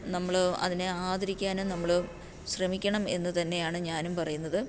നമ്മൾ അതിനെ ആദരിക്കാനും നമ്മൾ ശ്രമിക്കണമെന്ന് തന്നെയാണ് ഞാനും പറയുന്നത്